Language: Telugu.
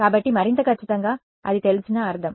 కాబట్టి మరింత ఖచ్చితంగా అది తెలిసిన అర్థం